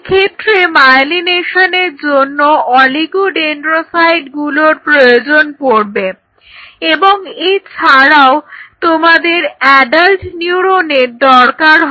এক্ষেত্রে মায়েলিনেশনের জন্য অলিগোডেন্ড্রোসাইটগুলোর প্রয়োজন পড়বে এবং এছাড়াও তোমাদের অ্যাডাল্ট নিউরোনের দরকার হবে